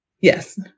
Yes